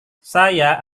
saya